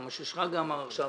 וגם למה ששרגא אמר עכשיו.